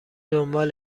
دنبال